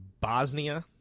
Bosnia